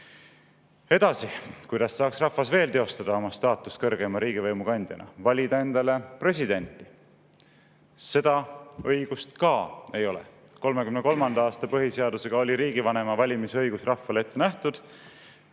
Edasi. Kuidas saaks rahvas veel teostada oma staatust kõrgeima riigivõimu kandjana? Valides endale presidenti. Seda õigust ka ei ole. 1933. aasta põhiseadusega oli riigivanema valimise õigus rahvale ette nähtud,